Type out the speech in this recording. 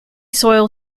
soil